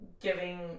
giving